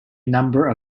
number